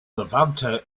levanter